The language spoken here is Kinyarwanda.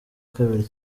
kabiri